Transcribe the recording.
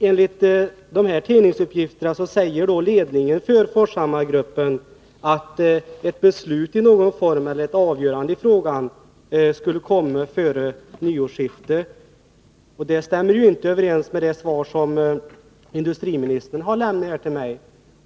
Enligt tidningsuppgifterna säger ledningen för Forshammargruppen att ett avgörande i frågan skall komma före årsskiftet. Det stämmer inte överens med det svar som industriministern har lämnat till mig.